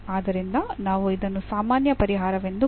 ಆದ್ದರಿಂದ ನಾವು ಇದನ್ನು ಸಾಮಾನ್ಯ ಪರಿಹಾರವೆಂದು ಕರೆಯಬಹುದು